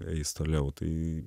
eis toliau tai